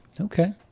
Okay